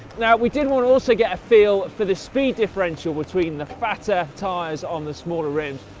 now, we did want to also get a feel for the speed differential between the fatter tyres on the smaller rims,